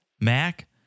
Mac